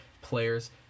players